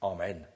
Amen